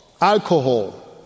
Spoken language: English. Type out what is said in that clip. Alcohol